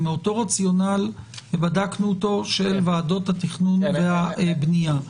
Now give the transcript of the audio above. זה מאותו רציונל שבדקנו אותו של ועדות התכנון והבנייה.